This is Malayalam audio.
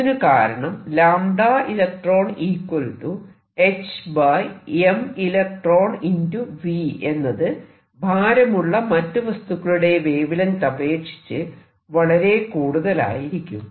ഇതിനു കാരണം electrons hmelectronv എന്നത് ഭാരമുള്ള മറ്റു വസ്തുക്കളുടെ വേവ് ലെങ്ത് അപേക്ഷിച്ച് വളരെ കൂടുതലായിരിക്കും